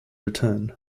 return